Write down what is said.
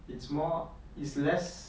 it's more it's less